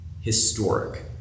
historic